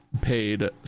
paid